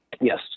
Yes